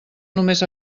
només